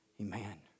Amen